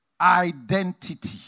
Identity